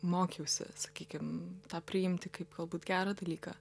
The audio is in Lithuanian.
mokiausi sakykim tą priimti kaip galbūt gerą dalyką